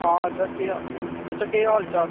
हां सर बच्चा केह् हाल चाल